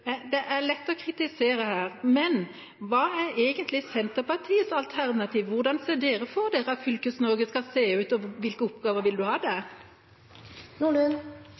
Det er lett å kritisere her, men hva er egentlig Senterpartiets alternativ? Hvordan ser dere for dere at Fylkes-Norge skal se ut, og hvilke oppgaver vil du ha der? Det